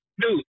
dude